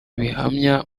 bihamya